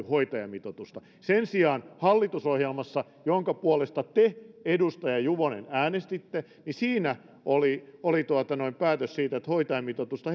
hoitajamitoitusta sen sijaan hallitusohjelmassa jonka puolesta te edustaja juvonen äänestitte oli oli päätös siitä että hoitajamitoitusta